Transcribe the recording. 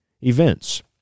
events